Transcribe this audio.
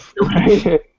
Right